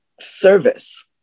service